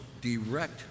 direct